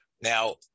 Now